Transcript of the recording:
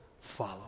follow